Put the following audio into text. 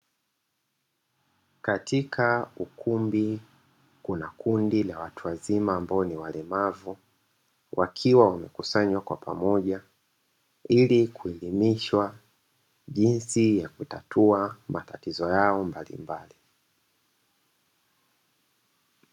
Katika ukumbi kuna kundi la watu wazima ambao ni walemavu. Wakiwa wamekusanywa kwa pamoja ili kuelimishwa jinsi ya kutatua matatizo yao mbalimbali.